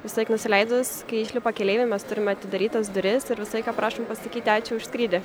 visąlaik nusileidus kai išlipa keleiviai mes turime atidarytas duris ir visą laiką prašom pasakyti ačiū už skrydį